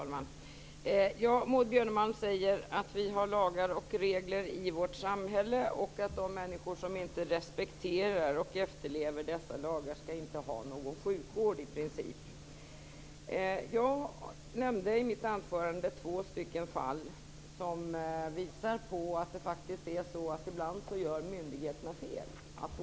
Fru talman! Maud Björnemalm säger att vi har lagar och regler i vårt samhälle och att de människor som inte respekterar och efterlever dessa lagar i princip inte skall ha någon sjukvård. Jag nämnde i mitt anförande två fall som visar att myndigheterna ibland faktiskt gör fel.